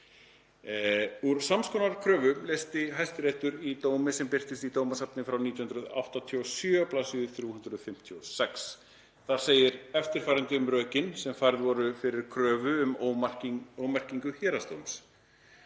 „Úr sams konar kröfu leysti Hæstiréttur í dómi sem birtist í dómasafni frá 1987, bls. 356. Þar segir eftirfarandi um rökin sem voru færð fyrir kröfu um ómerkingu héraðsdóms: